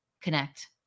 connect